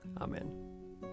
Amen